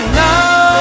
now